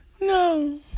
no